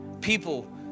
people